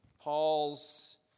Paul's